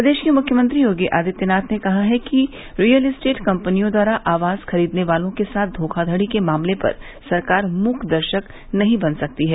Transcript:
प्रदेश के मुख्यमंत्री योगी आदित्यनाथ ने कहा है कि रियल इस्टेट कम्पनियों द्वारा आवास खरीदने वालों के साथ धोखाधड़ी के मामलों पर सरकार मूकदर्शक नहीं बन सकती है